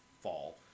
fall